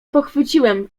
pochwyciłem